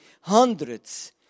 hundreds